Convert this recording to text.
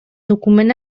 document